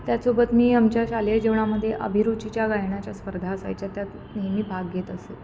त्यासोबत मी आमच्या शालेय जीवनामध्ये अभिरुचीच्या गायनाच्या स्पर्धा असायच्या त्यात नेहमी भाग घेत असे